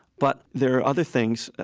but there are other things,